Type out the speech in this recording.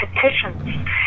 petitions